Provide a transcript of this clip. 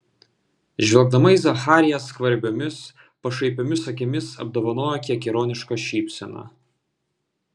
žvelgdama į zachariją skvarbiomis pašaipiomis akimis apdovanojo kiek ironiška šypsena